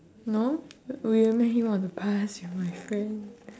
no we only met him on the bus with my friend